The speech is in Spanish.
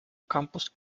campos